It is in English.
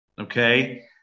Okay